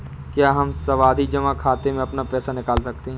क्या हम सावधि जमा खाते से अपना पैसा निकाल सकते हैं?